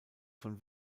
von